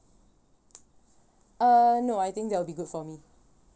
uh no I think that will be good for me